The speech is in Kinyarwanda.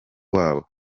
wabo